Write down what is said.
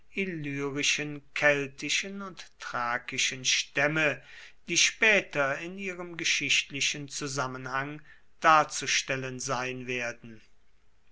illyrischen keltischen und thrakischen stämme die später in ihrem geschichtlichen zusammenhang darzustellen sein werden